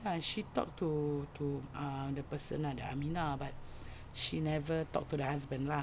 ya she talked to to ah the person lah the Aminah but she never talked to the husband lah